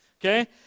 Okay